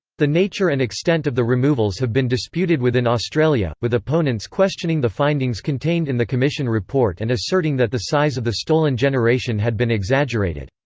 the nature and extent of the removals have been disputed within australia, with opponents questioning the findings contained in the commission report and asserting that the size of the stolen generation had been exaggerated.